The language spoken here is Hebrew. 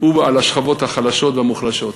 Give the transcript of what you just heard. בשכבות החלשות והמוחלשות,